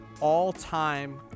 all-time